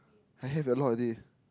I have a lot already